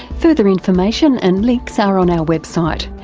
further information and links are on our website.